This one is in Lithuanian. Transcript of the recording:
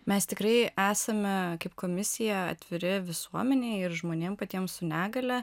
mes tikrai esame kaip komisija atviri visuomenei ir žmonėm patiem su negalia